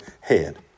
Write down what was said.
head